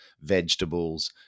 vegetables